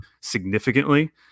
significantly